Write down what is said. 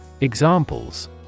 Examples